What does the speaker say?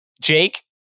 Jake